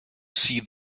see